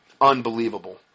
Unbelievable